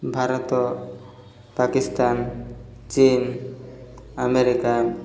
Bharat Pakistan Chin America